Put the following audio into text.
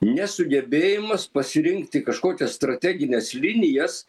nesugebėjimas pasirinkti kažkokias strategines linijas